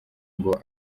ngo